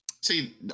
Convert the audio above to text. See